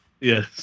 Yes